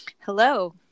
Hello